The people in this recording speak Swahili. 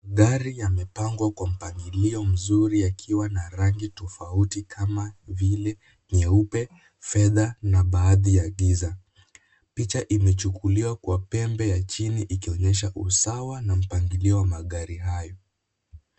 Gari yamepangwa kwa mpangilio mzuri yakiwa na rangi tofauti kama vile nyeupe, fedha na baadhi ya giza. Picha imechukuliwa kwa pembe ya chini ikionyesha usawa na mpangilio wa magari hayo.